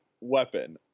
weapon